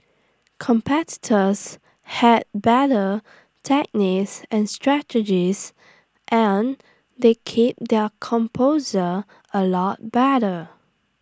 competitors had better techniques and strategies and they keep their composure A lot better